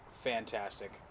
fantastic